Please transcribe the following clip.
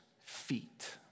feet